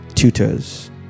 tutors